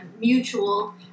mutual